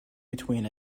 between